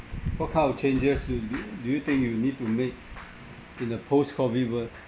what kind of changes do do you think you need to make in the post COVID world